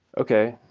okay.